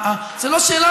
זה לא שאלה